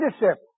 leadership